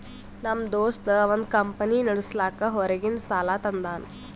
ನಮ್ ದೋಸ್ತ ಅವಂದ್ ಕಂಪನಿ ನಡುಸ್ಲಾಕ್ ಹೊರಗಿಂದ್ ಸಾಲಾ ತಂದಾನ್